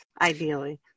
ideally